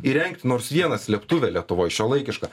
įrengti nors vieną slėptuvę lietuvoj šiuolaikišką